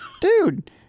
Dude